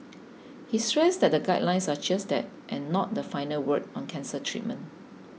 he stressed that the guidelines are just that and not the final word on cancer treatment